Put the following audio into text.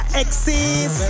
exes